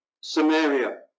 Samaria